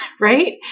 right